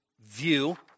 view